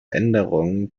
änderung